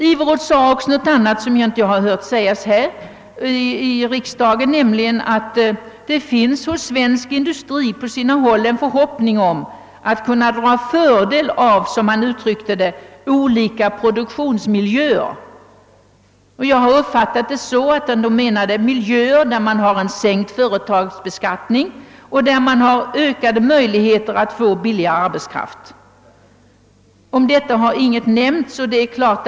Direktör Iveroth sade något, som jag inte hört anföras här i riksdagen, nämligen att man på sina håll inom svensk industri hyser förhoppningar om att kunna dra fördel av »olika produktionsmiljöer». Det har jag uppfattat så, att herr Iveroth menade miljöer med sänkt företagsbeskattning och ökade möjligheter att använda billig arbetskraft. Därom har ingenting nämnts.